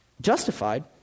Justified